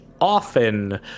often